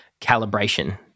calibration